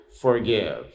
forgive